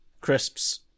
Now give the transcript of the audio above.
Crisps